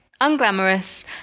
Unglamorous